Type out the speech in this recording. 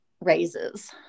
raises